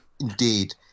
indeed